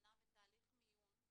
בהמתנה בתהליך מיון.